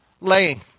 laying